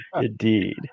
Indeed